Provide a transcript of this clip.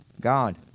God